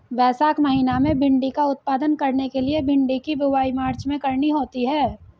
वैशाख महीना में भिण्डी का उत्पादन करने के लिए भिंडी की बुवाई मार्च में करनी होती है